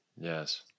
Yes